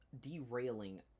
derailing